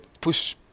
push